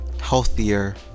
healthier